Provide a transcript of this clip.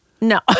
No